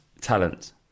talent